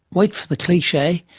wait for the cliche,